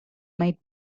might